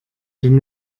den